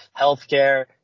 healthcare